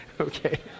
Okay